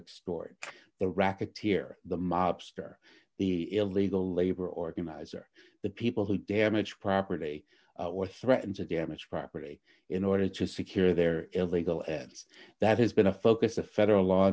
extort the racketeer the mobster the illegal labor organizer the people who damage property or threatens a damaged property in order to secure their illegal and that has been a focus of federal law